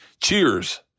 Cheers